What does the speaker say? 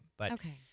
okay